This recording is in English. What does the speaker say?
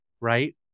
Right